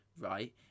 right